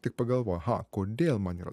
tik pagalvoju aha kodėl man yra